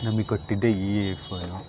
ನಮಗೆ ಕೊಟ್ಟಿದ್ದೆ ಈ ಇಯರ್ ಫೋನು